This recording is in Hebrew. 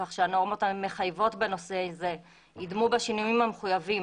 כך שהנורמות המחייבות בנושא זה ידמו בשינויים המחויבים